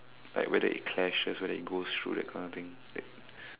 like whether it clashes whether it goes through that kind of thing that